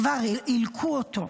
כבר הלקו אותו.